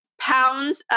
pounds